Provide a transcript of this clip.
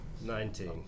nineteen